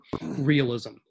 realism